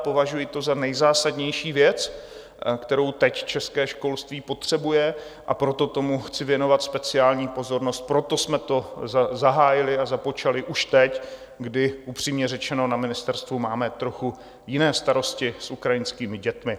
Považuji to za nejzásadnější věc, kterou teď české školství potřebuje, a proto tomu chci věnovat speciální pozornost, proto jsme to započali už teď, kdy upřímně řečeno na ministerstvu máme trochu jiné starosti s ukrajinskými dětmi.